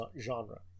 genre